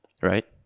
Right